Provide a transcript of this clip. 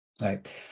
right